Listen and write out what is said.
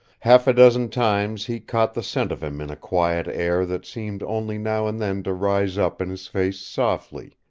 half a dozen times he caught the scent of him in a quiet air that seemed only now and then to rise up in his face softly,